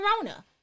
corona